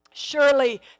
Surely